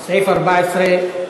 סעיף 14,